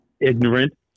ignorant